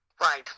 Right